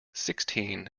sixteen